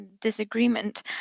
disagreement